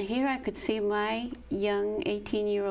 here i could see in my young eighteen year